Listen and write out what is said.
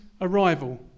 arrival